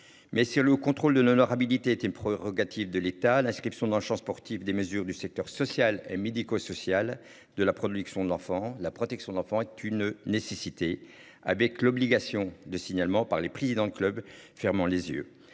Mais sur le contrôle de l'honorabilité était prérogatives de l'État, l'inscription dans le Champ sportif des mesures du secteur social et médico-social de la production de l'enfant, la protection de l'enfant est une nécessité. Avec l'obligation de signalement par les présidents de clubs ferment les yeux.